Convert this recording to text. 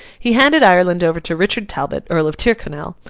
he handed ireland over to richard talbot, earl of tyrconnell,